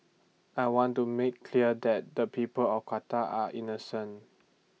I want to make clear that the people of Qatar are innocent